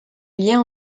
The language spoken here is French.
lien